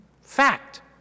Fact